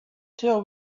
till